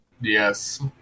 Yes